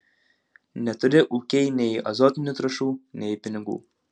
neturi ūkiai nei azotinių trąšų nei pinigų